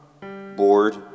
bored